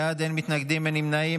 12 בעד, אין מתנגדים, אין נמנעים.